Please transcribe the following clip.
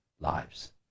lives